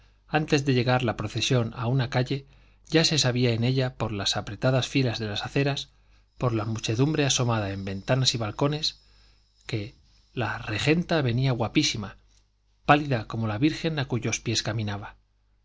antes de llegar la procesión a una calle ya se sabía en ella por las apretadas filas de las aceras por la muchedumbre asomada a ventanas y balcones que la regenta venía guapísima pálida como la virgen a cuyos pies caminaba